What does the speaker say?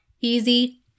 Easy